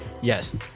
yes